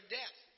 death